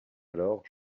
alors